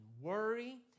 worry